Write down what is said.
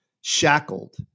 shackled